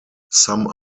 some